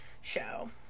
show